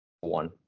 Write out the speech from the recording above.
one